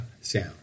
sound